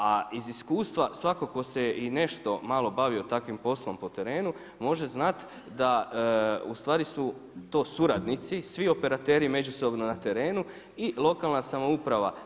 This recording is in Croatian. A iz iskustva svako tko se nešto malo bavio takvim poslom po terenu može znati da ustvari su to suradnici, svi operateri međusobno na terenu i lokalna samouprava.